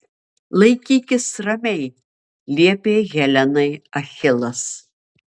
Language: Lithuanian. laikykis ramiai liepė helenai achilas